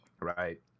right